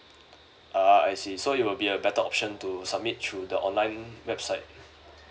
ah I see so it will be a better option to submit through the online website